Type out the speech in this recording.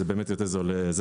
זה באמת היה זול.